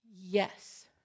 yes